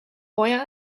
lawyer